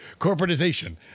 corporatization